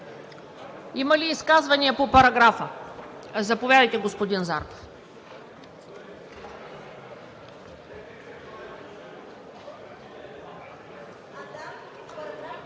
Има ли изказвания по параграфа? Заповядайте, господин Зарков.